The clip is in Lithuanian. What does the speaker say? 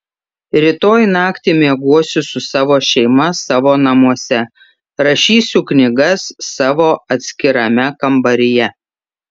rytoj naktį miegosiu su savo šeima savo namuose rašysiu knygas savo atskirame kambaryje